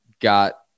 got